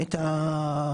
את ההיסטוריה של האשרות שלך,